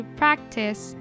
practice